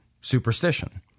superstition